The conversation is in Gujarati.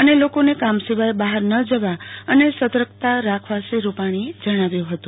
અને લોકોને કામ સિવાય બહાર ન જવા અને સતર્કતા રાખવા શ્રી રુપાણીએ જણાવ્યું હતું